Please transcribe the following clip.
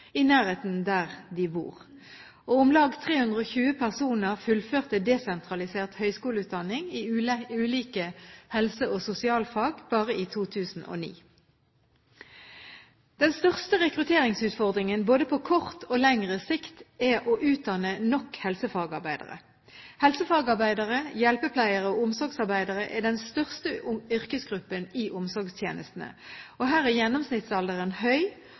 i nærheten av der de bor. Om lag 320 personer fullførte desentralisert høyskoleutdanning i ulike helse- og sosialfag bare i 2009. Den største rekrutteringsutfordringen både på kort og lengre sikt er å utdanne nok helsefagarbeidere. Helsefagarbeidere, hjelpepleiere og omsorgsarbeidere er den største yrkesgruppen i omsorgstjenestene. Her er gjennomsnittsalderen høy,